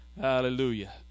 hallelujah